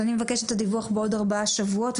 אני מבקשת את הדיווח בעוד ארבעה שבועות,